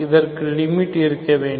இதற்கு லிமிட் இருக்க வேண்டும்